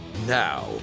Now